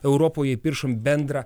europoje įpiršom bendrą